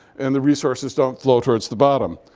and the resources don't flow towards the bottom.